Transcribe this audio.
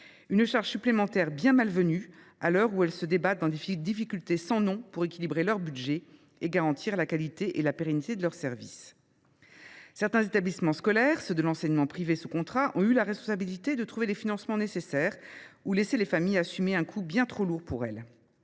une charge supplémentaire bien malvenue à l’heure où elles se débattent dans des difficultés sans nom pour équilibrer leur budget et garantir la qualité et la pérennité de leurs services. Certains établissements scolaires, ceux de l’enseignement privé sous contrat, ont dû prendre la responsabilité de trouver les financements nécessaires ou de laisser les familles assumer un coût bien trop lourd pour elles.